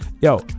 yo